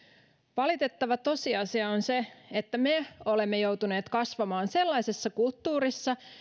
valitettava tosiasia on se että me olemme joutuneet kasvamaan sellaisessa kulttuurissa